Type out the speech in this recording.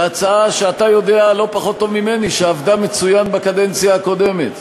הצעה שאתה יודע לא פחות טוב ממני שעבדה מצוין בקדנציה הקודמת: